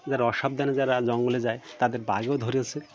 যার অসাবধানে যারা জঙ্গলে যায় তাদের বাঘেও ধরেছে